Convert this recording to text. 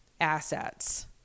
assets